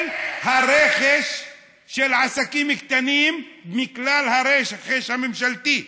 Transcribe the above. של הרכש של עסקים קטנים מכלל הרכש הממשלתי.